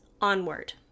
onward